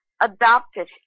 adopted